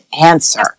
answer